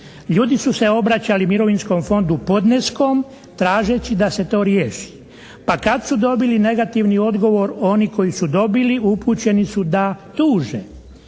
Ljudi su se obraćali Mirovinskom fondu podneskom tražeći da se to riješi pa kad su dobili negativni odgovor oni koji su dobili upućeni su da tuže.